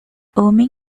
homem